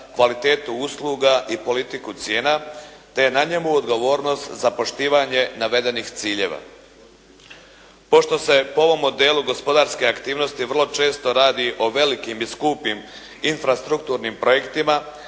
kvalitetu usluga i politiku cijena te je na njemu odgovornost za poštivanje navedenih ciljeva. Pošto se po ovom modelu gospodarske aktivnosti vrlo često radi o velikim i skupim infrastrukturnim projektima,